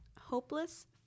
Hopeless